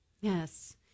Yes